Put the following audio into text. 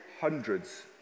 hundreds